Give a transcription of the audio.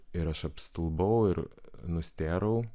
ir aš apstulbau ir nustėrau